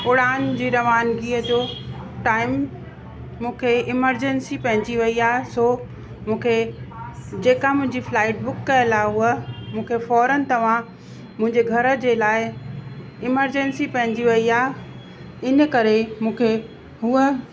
उड़ान जी रवानगीअ जो टाइम मूंखे एमरजेंसी पइजी वई आहे सो मूंखे जेका मुंहिंजी फ्लाइट बुक कयलु आहे उहा मूंखे फ़ौरन तव्हां मुंहिंजे घर जे लाइ एमरजेंसी पइजी वई आहे इन करे मूंखे हुअ